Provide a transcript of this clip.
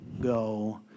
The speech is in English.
go